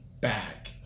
back